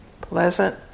pleasant